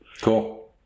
Cool